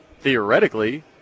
theoretically